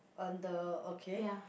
and the okay